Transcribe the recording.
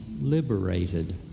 liberated